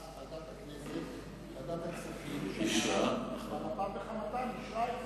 ועדת הכספים שמעה, ועל אפן ועל חמתן אישרה את זה.